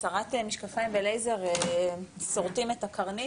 צריך להתייחס אליהם גם וצריך גם לתעדף אותם במתן חיסון מוגבר.